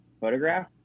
photograph